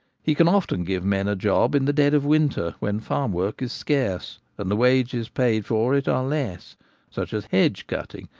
he can often give men a job in the dead of winter, when farm work is scarce and the wages paid for it are less such as hedge-cutting,